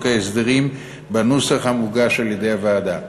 ההסדרים בנוסח המוגש על-ידי הוועדה.